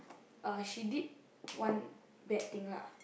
uh she did one bad thing lah